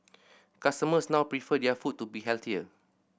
customers now prefer their food to be healthier